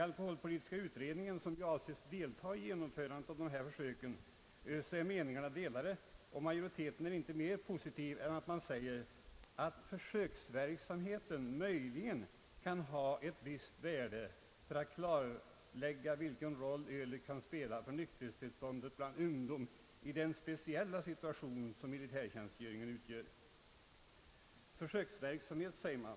I alkoholpolitiska utredningen, som avses delta vid genomförandet av försöken, är meningarna delade och majoriteten är inte mer positiv än att man säger att »försöksverksamheten möjligen kan ha visst värde för att klarlägga vilken roll ölet kan spela för nykterhetstillståndet bland ungdom i den speciella situation som militärtjänstgöringen utgör». Det är försöksverksamhet, säger man.